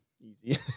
Easy